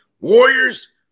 Warriors